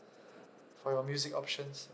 for your music options